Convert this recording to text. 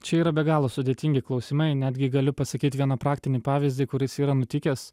čia yra be galo sudėtingi klausimai netgi galiu pasakyt vieną praktinį pavyzdį kuris yra nutikęs